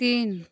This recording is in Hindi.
तीन